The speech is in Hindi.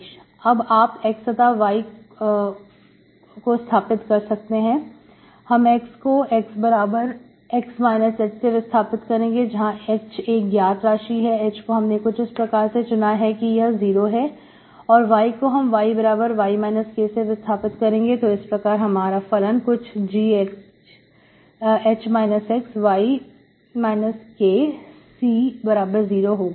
अब आप X तथाY खूब स्थापित कर सकते हैं हम X को Xx h से विस्थापित करेंगे जहां h एक ज्ञात राशि है h को हमने कुछ इस प्रकार से चुना है कि यह 0 है और Y को हम Yy k से विस्थापित करेंगे तो इस प्रकार फलन gx hy kC0 होगा